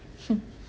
hhmm